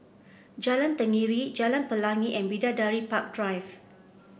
Jalan Tenggiri Jalan Pelangi and Bidadari Park Drive